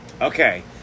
Okay